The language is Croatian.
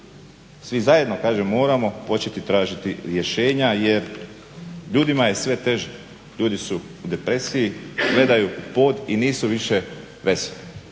svi zajedno kažem moramo početi tražiti rješenja jer ljudima je sve teže, ljudi su u depresiji, gledaju u pod i nisu više veseli.